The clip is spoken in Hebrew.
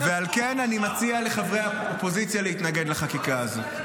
ועל כן אני מציע לחברי האופוזיציה להתנגד לחקיקה הזאת.